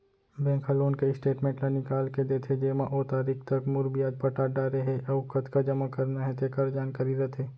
bank ह loan के statement ल निकाल के देथे जेमा ओ तारीख तक मूर, बियाज पटा डारे हे अउ कतका जमा करना हे तेकर जानकारी रथे